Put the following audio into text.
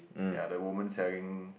ya the woman selling